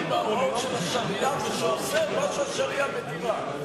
מההוראות של השריעה ואוסר מה שהשריעה מתירה.